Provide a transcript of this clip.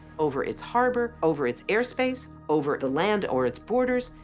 over its harbor, over its airspace, over the land or its borders,